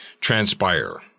transpire